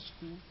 school